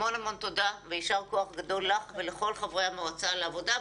המון המון תודה ויישר כוח גדול לך ולכל חברי המועצה על העבודה.